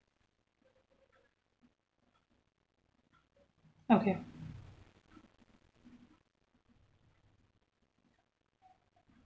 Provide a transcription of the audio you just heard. okay